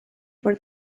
por